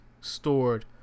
stored